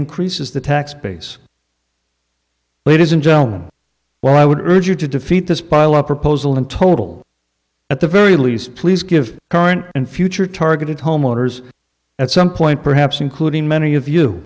increases the tax base but it isn't joe well i would urge you to defeat this pileup proposal in total at the very least please give current and future targeted homeowners at some point perhaps including many of you